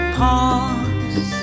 pause